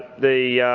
the